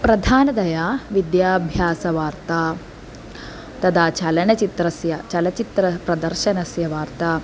प्रधानतया विद्याभ्यासवार्ता तदा चलनचित्रस्य चलचित्रप्रदर्शनस्य वार्ता